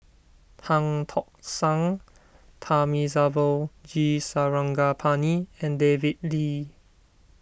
Tan Tock San Thamizhavel G Sarangapani and David Lee